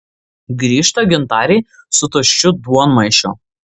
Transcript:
grįžta gintarė su tuščiu duonmaišiu